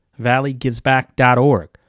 valleygivesback.org